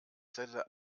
zelle